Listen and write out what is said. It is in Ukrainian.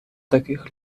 таких